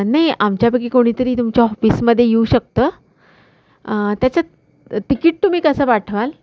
नाही आमच्यापैकी कोणीतरी तुमच्या ऑफिसमध्ये येऊ शकतं त्याचं तिकीट तुम्ही कसं पाठवाल